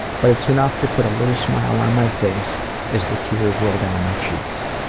but it's enough to put a little smile on my face as the tears roll down my cheeks.